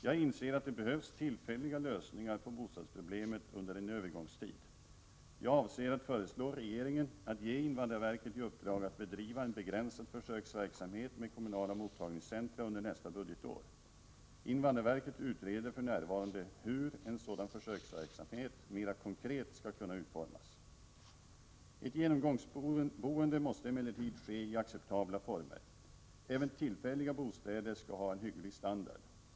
Jag inser att det behövs tillfälliga lösningar på bostadsproblemet under en övergångstid. Jag avser att föreslå regeringen att ge invandrarverket i uppdrag att bedriva en begränsad försöksverksamhet med kommunala mottagningscentra under nästa budgetår. Invandrarverket utreder för närvarande hur en sådan försöksverksamhet mera konkret skall kunna utformas. Ett genomgångsboende måste emellertid ske i acceptabla former. Även tillfälliga bostäder skall ha en hygglig standard.